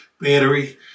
Battery